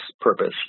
purpose